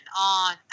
on